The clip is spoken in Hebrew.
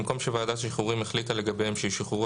במקום "שוועדת השחרורים החליטה לגביהם שישוחררו